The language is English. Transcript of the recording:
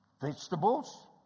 Vegetables